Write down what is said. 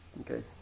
Okay